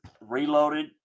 reloaded